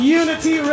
unity